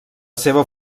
seva